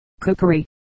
cookery